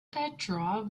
petrov